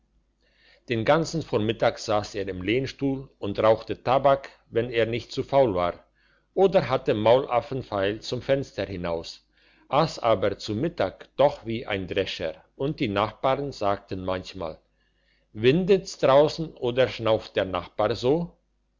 den ganzen vormittag saß er im lehnsessel und rauchte tabak wenn er nicht zu faul war oder hatte maulaffen feil zum fenster hinaus aß aber zu mittag doch wie ein drescher und die nachbarn sagten manchmal windet's draußen oder schnauft der nachbar so